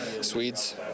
Swedes